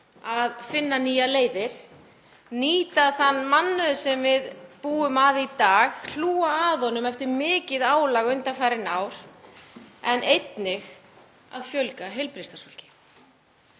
að finna nýjar leiðir, nýta þann mannauð sem við búum að í dag, hlúa að honum eftir mikið álag undanfarin ár, en einnig að fjölga heilbrigðisstarfsfólki.